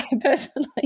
personally